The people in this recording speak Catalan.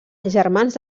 germans